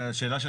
השאלה של